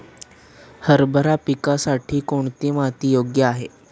हरभरा पिकासाठी कोणती माती योग्य आहे?